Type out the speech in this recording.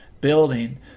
building